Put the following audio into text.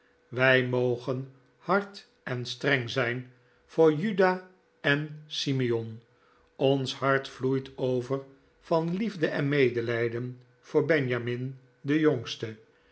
wij mogeo hard en streng zijn voor juda en simeon ons hart vloeit over van liefde en medelijden voor benjamin den jongste